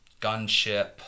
gunship